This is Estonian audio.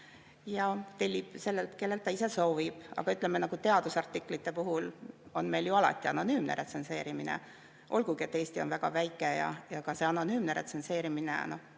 ja tellib sellelt, kellelt ta ise soovib. Aga, ütleme, teadusartiklite puhul on meil ju alati anonüümne retsenseerimine, olgugi et Eesti on väga väike ja ka see anonüümne retsenseerimine on,